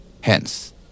Hence